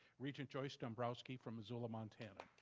regent joyce dombrouski from missoula, montana.